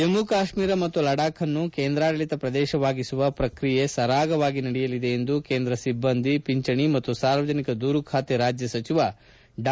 ಜಮ್ನು ಕಾಶ್ನೀರ ಮತ್ತು ಲಡಾಖ್ ಅನ್ನು ಕೇಂದ್ರಾಡಳತ ಶ್ರದೇಶವಾಗಿಸುವ ಪ್ರಕ್ರಿಯೆ ಸರಾಗವಾಗಿ ನಡೆಯಲಿದೆ ಎಂದು ಕೇಂದ್ರ ಸಿಲ್ಲಂದಿ ಪಿಂಚಣಿ ಮತ್ತು ಸಾರ್ವಜನಿಕ ದೂರು ಖಾತೆ ರಾಜ್ಯ ಸಚಿವ ಡಾ